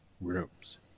rooms